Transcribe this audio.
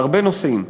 בהרבה נושאים,